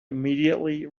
immediately